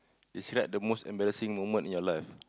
describe the most embarrassing moment in your life